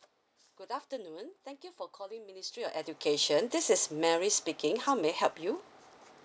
good afternoon thank you for calling ministry of education this is mary speaking how may I help you